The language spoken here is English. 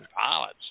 pilots